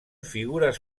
figures